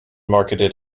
marketed